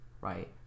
right